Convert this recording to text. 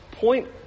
point